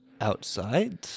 outside